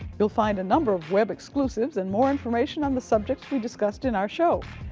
you'll find a number of web exclusives and more information on the subjects we discussed in our show.